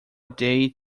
day